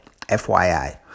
FYI